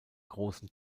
großen